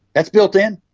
that's built in.